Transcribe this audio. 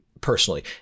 personally